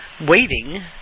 waiting